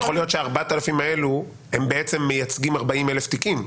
יכול להיות שה-4,000 האלו מייצגים 40,000 תיקים.